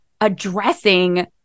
addressing